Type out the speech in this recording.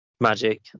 Magic